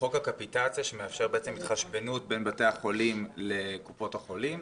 חוק הקפיטציה שמאפשר התחשבנות בין בתי החולים לקופות החולים.